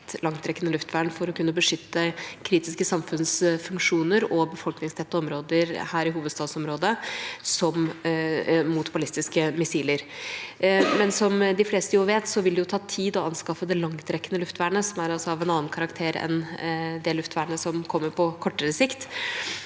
langtrekkende luftvern for å kunne beskytte kritiske samfunnsfunksjoner og befolkningstette områder her i hovedstadsområdet mot ballistiske missiler. Som de fleste vet, vil det ta tid å anskaffe det langtrekkende luftvernet, som er av en annen karakter enn det luftvernet som kommer på kortere sikt.